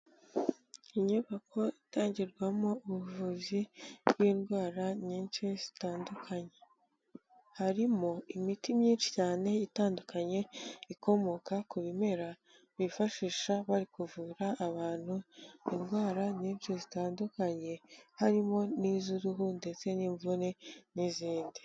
Inyubako itangirwamo ubuvuzi bw'indwara nyinshi zitandukanye, harimo imiti myinshi cyane itandukanye ikomoka ku bimera, bifashisha bari kuvura abantu indwara nyinshi zitandukanye harimo n'iz'uruhu ndetse n'imvune n'izindi.